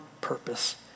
purpose